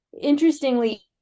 interestingly